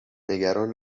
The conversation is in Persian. نگران